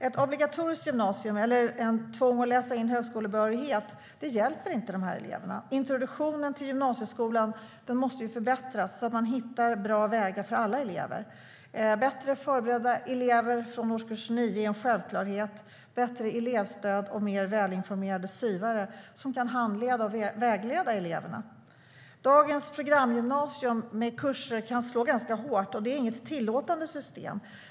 Ett obligatoriskt gymnasium eller ett tvång att läsa in högskolebehörighet hjälper inte dessa elever. Introduktionen till gymnasieskolan måste förbättras så att man hittar bra vägar för alla elever. Dagens programgymnasium med kurser kan slå ganska hårt. Det är inget tillåtande system.